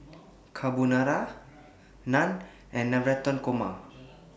Carbonara Naan and Navratan Korma